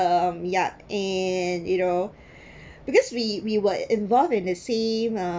um ya and you know because we we were involved in same um